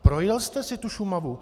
Projel jste si tu Šumavu?